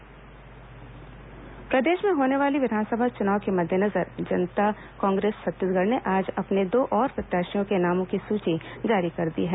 जकांछ प्रत्याशी सूची प्रदेश में होने वाले विधानसभा चुनाव के मद्देनजर जनता कांग्रेस छत्तीसगढ़ ने आज अपने दो और प्रत्याशियों के नामों की सूची जारी कर दी है